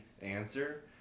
answer